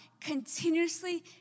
continuously